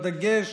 בדגש